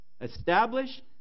establish